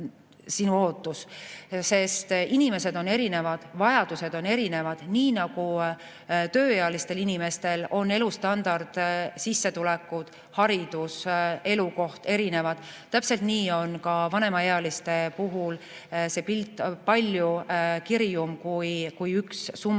sest inimesed on erinevad ja vajadused on erinevad. Nii nagu tööealistel inimestel on elustandard, sissetulekud, haridus ja elukoht erinevad, täpselt nii on ka vanemaealiste puhul pilt palju kirjum, kui üks summa